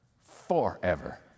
forever